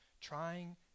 trying